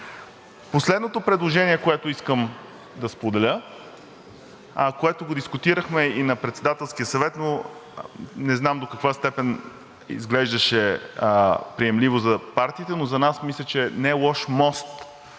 Последното предложение, което искам да споделя, което дискутирахме и на Председателския съвет, но не знам до каква степен изглеждаше приемливо за партиите, но за нас, мисля, че не е лош мост